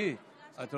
עד עשר